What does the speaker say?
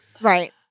Right